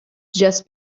just